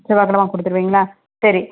செவ்வாக்கிலம கொடுத்துருவீங்களா சரி